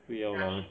不要 lah